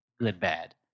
good-bad